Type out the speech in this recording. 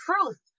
truth